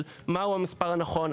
של מהו המספר הנכון,